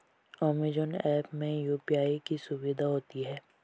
Amazon app में UPI की सुविधा होती है